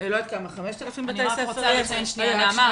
5,000 בתי ספר --- נעמה,